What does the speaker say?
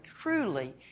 truly